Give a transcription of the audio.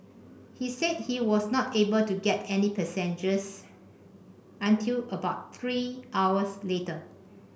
he said he was not able to get any passengers until about three hours later